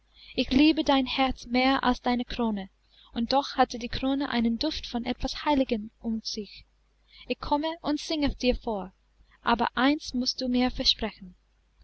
ich liebe dein herz mehr als deine krone und doch hat die krone einen duft von etwas heiligem um sich ich komme und singe dir vor aber eins mußt du mir versprechen